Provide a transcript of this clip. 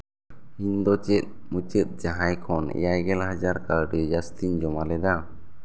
ᱤᱧ ᱫᱚ ᱪᱮᱫ ᱢᱩᱪᱟᱹᱫ ᱡᱟᱦᱟᱸᱭ ᱠᱷᱚᱱ ᱮᱭᱟᱭ ᱜᱮᱞ ᱦᱟᱡᱟᱨ ᱠᱟᱹᱣᱰᱤ ᱡᱟᱹᱥᱛᱤᱧ ᱡᱚᱢᱟ ᱞᱮᱫᱟ